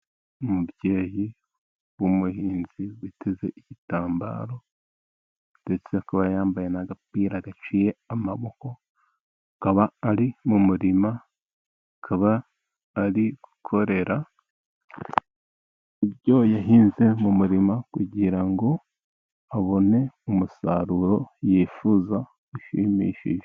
Umubyeyi w'umuhinzi witeze igitambaro, ndetse akaba yambaye n'agapira gaciye amaboko, akaba ari mu murima, akaba ari gukorera ibyo yahinze mu murima, kugira ngo abone umusaruro yifuza bishimishije.